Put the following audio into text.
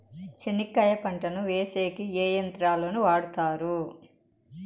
చెనక్కాయ పంటను వేసేకి ఏ యంత్రాలు ను వాడుతారు?